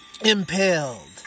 Impaled